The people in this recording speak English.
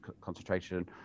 concentration